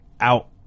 out